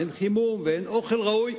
חימום ואוכל ראוי,